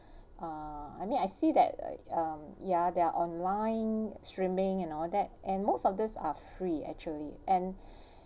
uh I mean I see that um ya there are online streaming and all that and most of these are free actually and